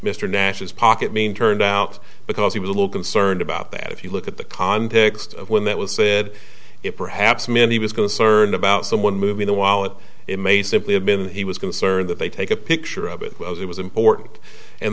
nash's pocket mean turned out because he was a little concerned about that if you look at the context of when that was said it perhaps meant he was concerned about someone moving the wallet it may simply have been he was concerned that they take a picture of it it was important and